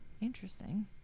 interesting